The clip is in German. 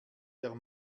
der